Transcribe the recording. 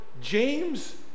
James